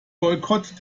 boykott